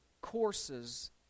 courses